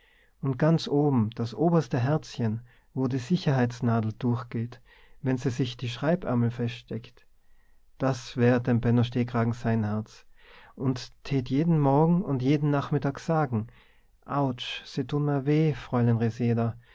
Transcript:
und ganz oben das oberste herzchen wo die sicherheitsnadel durchgeht wenn se sich die schreibärmel feststeckt das wär dem benno stehkragen sein herz und tät jeden morgen und jeden nachmittag sagen autsch se tun merr weh fräulein